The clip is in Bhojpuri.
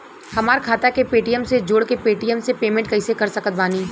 हमार खाता के पेटीएम से जोड़ के पेटीएम से पेमेंट कइसे कर सकत बानी?